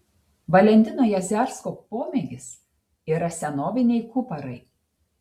valentino jazersko pomėgis yra senoviniai kuparai